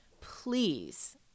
please